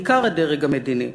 בעיקר הדרג המדיני: